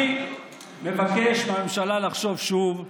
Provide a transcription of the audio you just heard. אני מבקש מהממשלה לחשוב שוב,